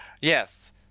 Yes